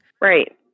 right